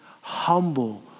humble